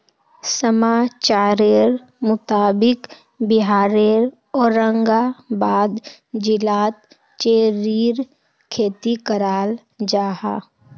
समाचारेर मुताबिक़ बिहारेर औरंगाबाद जिलात चेर्रीर खेती कराल जाहा